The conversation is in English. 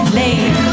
late